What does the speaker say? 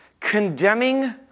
condemning